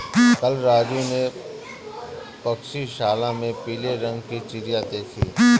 कल राजू ने पक्षीशाला में पीले रंग की चिड़िया देखी